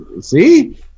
See